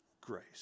grace